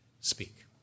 speak